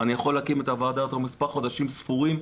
אני יכול להקים את הוועדה הזו מספר חודשים ספורים,